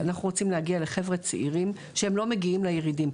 אנחנו רוצים להגיע לחבר'ה צעירים שהם לא מגיעים לירידים.